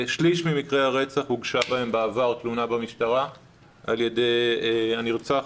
1/3 ממקרי הרצח הוגשה בעבר תלונה במשטרה על ידי הנרצחת,